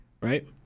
right